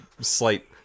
slight